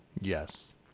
Yes